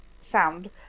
sound